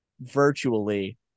virtually